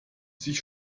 sich